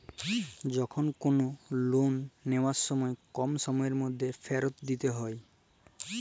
যখল কল লল লিয়ার সময় কম সময়ের ম্যধে ফিরত দিইতে হ্যয়